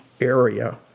area